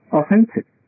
offensive